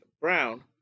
Brown